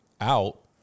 out